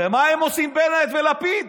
ומה הם עושים, בנט ולפיד?